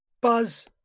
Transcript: Buzz